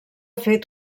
fet